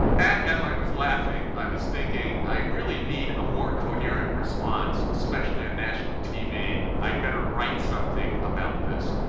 and as i was laughing, i was thinking, i really need a more coherent response, especially on national tv. i'd better write something about this.